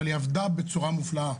אבל היא עבדה בצורה מופלאה.